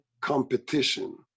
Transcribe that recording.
competition